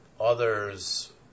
others